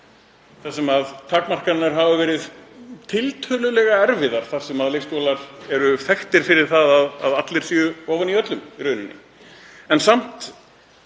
þar sem takmarkanir hafa verið tiltölulega erfiðar, leikskólar eru þekktir fyrir það að allir séu ofan í öllum í rauninni. En samt